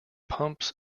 pumps